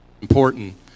important